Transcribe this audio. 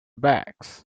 bags